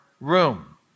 room